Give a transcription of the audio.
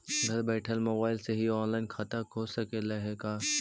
घर बैठल मोबाईल से ही औनलाइन खाता खुल सकले हे का?